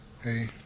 Hey